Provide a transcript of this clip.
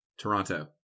Toronto